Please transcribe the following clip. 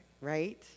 Right